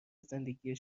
زندگی